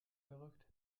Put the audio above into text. verrückt